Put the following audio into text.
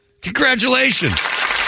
Congratulations